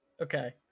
okay